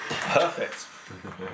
Perfect